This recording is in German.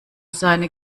seine